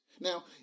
Now